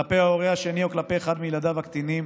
כלפי ההורה השני או כלפי אחד מילדיו הקטינים,